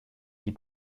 die